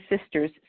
sisters